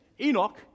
Enoch